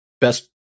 best